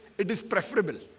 it is preferable